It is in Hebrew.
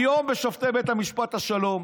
היום שופטי בית המשפט השלום,